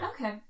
Okay